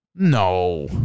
No